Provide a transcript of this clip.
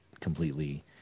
completely